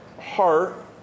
heart